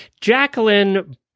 Jacqueline